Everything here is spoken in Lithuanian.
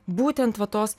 būtent va tos